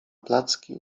placki